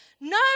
No